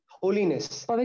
holiness